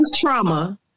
trauma